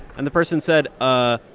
and the person said, ah